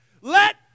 Let